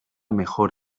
mejor